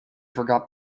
forgot